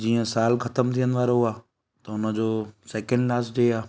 जीअं सालु ख़तमु थियण वारो आहे त हुन जो सैकेंड लास्ट डे आहे